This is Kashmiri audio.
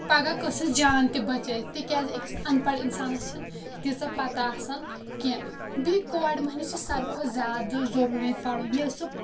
پگہہ کٲنٛسہِ ہٕنٛز جان تہِ بَچٲیِتھ تِکیازِ أکِس اَن پَڑ انسانس چھنہٕ تیٖژھ پَتہ آسان کیٚنٛہہ بیٚیہِ کورِ مٔہنوِس چھِ ساروٕے کھۄتہٕ زیادٕ ضروٗری پَرُن ییٚلہِ سُہ